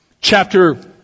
Chapter